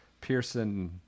Pearson